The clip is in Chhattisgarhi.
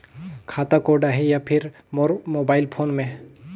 खाता कोड आही या फिर मोर मोबाइल फोन मे?